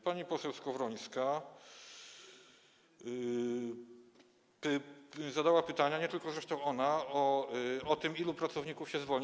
Pani poseł Skowrońska zadała pytanie, nie tylko zresztą ona, o to, ilu pracowników się zwolni.